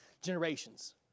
generations